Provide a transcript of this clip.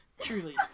Truly